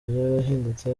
byarahindutse